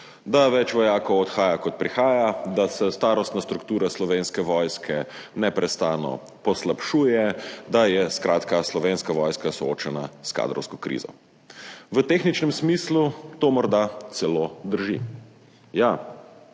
da več vojakov odhaja kot prihaja, da se starostna struktura Slovenske vojske neprestano poslabšuje, da je skratka Slovenska vojska soočena s kadrovsko krizo. V tehničnem smislu to morda celo drži.